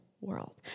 world